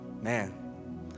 man